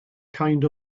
kind